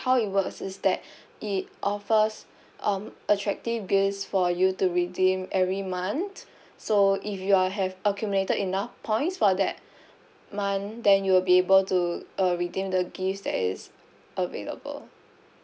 how it works is that it offers um attractive gifts for you to redeem every month so if you're have accumulated enough points for that month then you'll be able to uh redeem the gifts that is available